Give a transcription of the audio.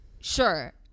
sure